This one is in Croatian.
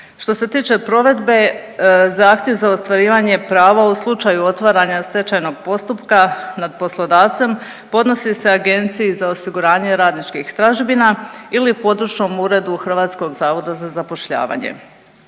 Što se tiče provedbe, zahtjev za ostvarivanje prava u slučaju otvaranja stečajnog postupka nad poslodavcem podnosi se Agenciji za osiguranje radničkih tražbina ili područnom uredu HZZ-a. Ovim izmjenama